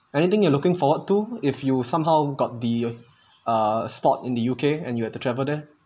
anything you are looking forward to if you somehow got the uh spot in the U_K and you have to travel there